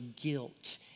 guilt